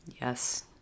Yes